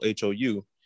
HOU